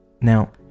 Now